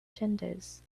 genders